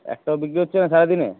একটাও বিক্রি হচ্ছে না সারাদিনে